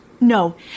No